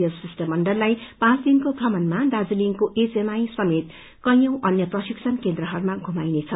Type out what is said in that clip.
यस शिष्टमंडललाई यस पाँच दिनको भ्रमणमा दार्जीलिङ एचएमआई समेत कैयौ अन्य प्रशिक्षण केन्द्रहरूमा पुमाइने छ